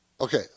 okay